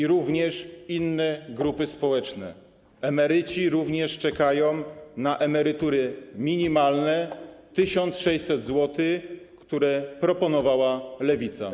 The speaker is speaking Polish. Są również inne grupy społeczne - emeryci czekają na emerytury minimalne 1600 zł, które proponowała Lewica.